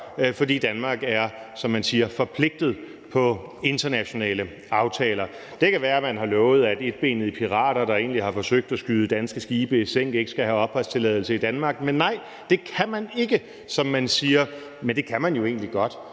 som man siger, er forpligtet på internationale aftaler. Det kan være, man har lovet, at etbenede pirater, der egentlig har forsøgt at skyde danske skibe i sænk, ikke skal have opholdstilladelse i Danmark. Men nej, det kan man ikke! – som man siger. Men det kan man jo egentlig godt,